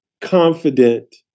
Confident